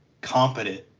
competent